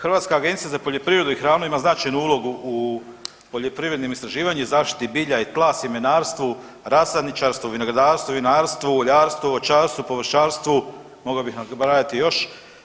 Hrvatska agencija za poljoprivredu i hranu ima značajnu ulogu u poljoprivrednim istraživanjima, zaštiti bilja i tla, sjemenarstvu, rasadničarstvu, vinogradarstvu, vinarstvu, uljarstvu, voćarstvu, povrćarstvu, mogao bih nabrajati još.